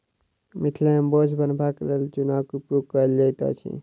मिथिला मे बोझ बन्हबाक लेल जुन्नाक उपयोग कयल जाइत अछि